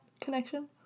connection